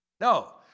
No